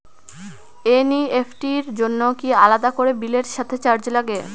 NEFT র জন্য কি আলাদা করে বিলের সাথে চার্জ লাগে?